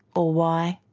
or why?